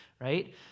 right